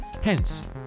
Hence